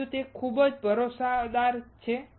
બીજું તે ખૂબ ભરોસાદાર છે